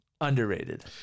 Underrated